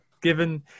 given